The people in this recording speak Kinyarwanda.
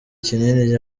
kinini